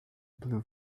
blue